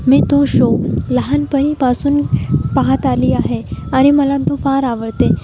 मी तो शो लहानपणापासून पाहत आली आहे आणि मला तो फार आवडते